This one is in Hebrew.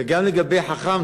וגם לגבי חכם,